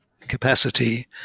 capacity